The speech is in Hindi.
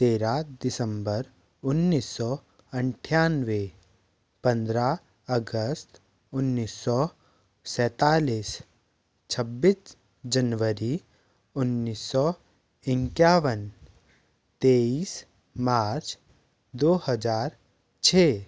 तेरह दिसम्बर उन्नीस सौ अंठानवे पंद्रह अगस्त उन्नीस सौ सैंतालीस छब्बीस जनवरी उन्नीस सौ इंक्यावन तेईस मार्च दो हज़ार छः